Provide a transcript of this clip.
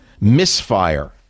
misfire